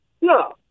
No